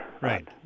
Right